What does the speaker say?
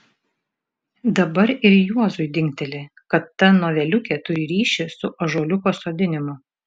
dabar ir juozui dingteli kad ta noveliukė turi ryšį su ąžuoliuko sodinimu